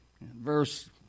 verse